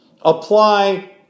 apply